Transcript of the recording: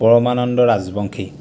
Paramananda Rajbongshi